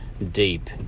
deep